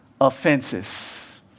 offenses